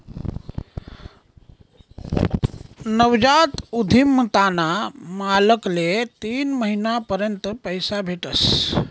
नवजात उधिमताना मालकले तीन महिना पर्यंत पैसा भेटस